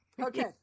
okay